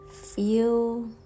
Feel